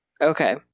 Okay